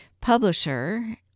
publisher